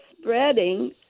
spreading